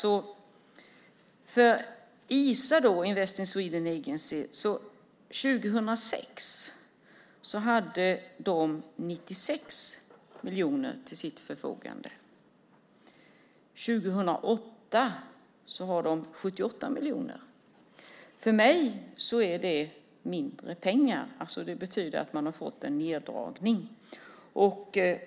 År 2006 hade Isa, Invest in Sweden Agency, 96 miljoner till sitt förfogande. År 2008 har de 78 miljoner. För mig är det mindre pengar. Det betyder att man har fått en neddragning.